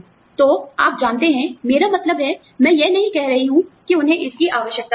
तो आप जानते हैं मेरा मतलब है मैं यह नहीं कह रही हूं कि उन्हें इसकी आवश्यकता नहीं है